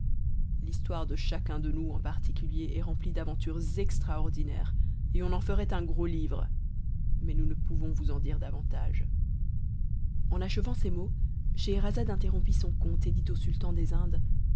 l'histoire de chacun de nous en particulier est remplie d'aventures extraordinaires et on en ferait un gros livre mais nous ne pouvons vous en dire davantage en achevant ces mots scheherazade interrompit son conte et dit au sultan des indes